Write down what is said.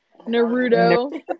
Naruto